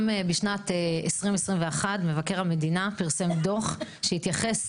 גם בשנת 2021 מבקר המדינה פרסום דוח שהתייחס